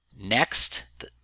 next